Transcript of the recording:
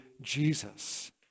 Jesus